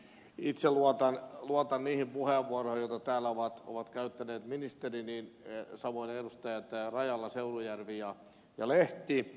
itse luotan niihin puheenvuoroihin joita täällä ovat käyttäneet ministeri samoin edustajat rajala seurujärvi ja lehti